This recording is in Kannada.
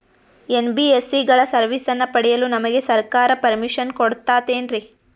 ಎನ್.ಬಿ.ಎಸ್.ಸಿ ಗಳ ಸರ್ವಿಸನ್ನ ಪಡಿಯಲು ನಮಗೆ ಸರ್ಕಾರ ಪರ್ಮಿಷನ್ ಕೊಡ್ತಾತೇನ್ರೀ?